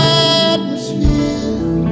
atmosphere